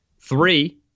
Three